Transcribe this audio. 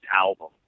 album